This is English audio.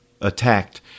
attacked